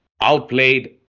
outplayed